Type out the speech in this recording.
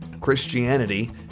Christianity